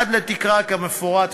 עד לתקרה כמפורט,